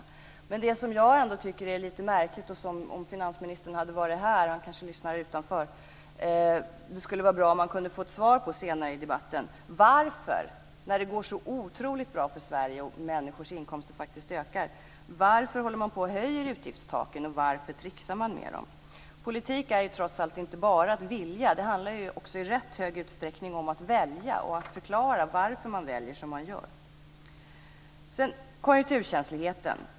Det finns en sak som jag ändå tycker är lite märklig, och som det skulle vara bra om man fick ett svar på senare i debatten. Jag vet inte om finansministern är här - han kanske lyssnar utanför. När det går så otroligt bra för Sverige, och människors inkomster faktiskt ökar - varför håller man på och höjer utgiftstaken, och varför tricksar man med dem? Politik är trots allt inte bara att vilja - det handlar också i rätt hög utsträckning om att välja och att förklara varför man väljer som man gör.